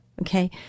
Okay